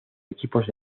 equipos